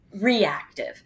reactive